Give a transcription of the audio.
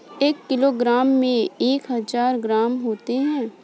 एक किलोग्राम में एक हजार ग्राम होते हैं